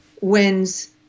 wins